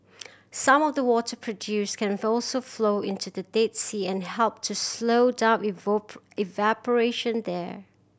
some of the water produced can also flow into the Dead Sea and help to slow down evaporation there